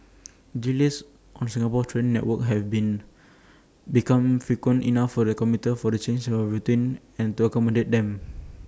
delays on Singapore's train network have been become frequently enough for the commuters for the change of their routines accommodate them